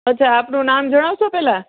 અચ્છા આપનું નામ જણાવશો પહેલા